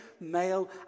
male